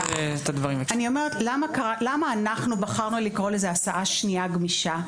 אני אומרת למה אנחנו בחרנו לקרוא לזה הסעה שנייה גמישה,